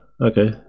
okay